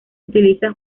utiliza